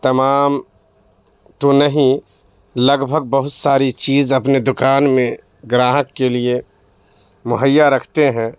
تمام تو نہیں لگ بھگ بہت ساری چیز اپنے دکان میں گراہک کے لیے مہیا رکھتے ہیں